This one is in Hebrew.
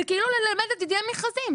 זה כאילו ללמד את דיני המכרזים.